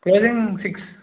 closing six